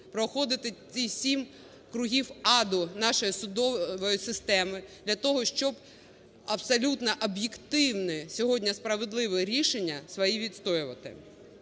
проходити сім кругів аду нашої судової системи для того, щоб абсолютно об'єктивні сьогодні справедливі рішення свої відстоювати?